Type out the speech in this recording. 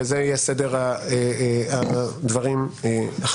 וזה יהיה סדר הדברים עכשיו,